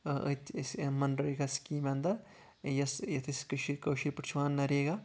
أتھۍ أسۍ أمۍ منریگا سکیٖم اَنٛدر یۄس ییٚتھ أسۍ کشیٖر کٲشِر پٲٹھۍ چھِ وَنان نَریگا